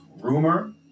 rumor